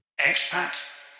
Expat